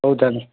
ହଉ ତାହେଲେ